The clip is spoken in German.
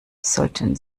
sollten